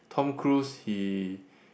Tom Cruise he